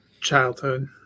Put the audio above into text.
childhood